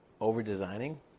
over-designing